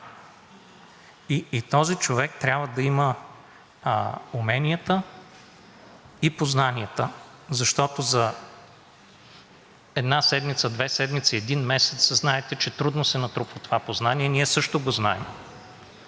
И този човек трябва да има уменията и познанията, защото за една седмица, две седмици, един месец, знаете, че трудно се натрупва това познание, ние също го знаем,